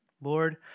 Lord